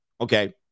Okay